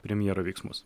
premjero veiksmus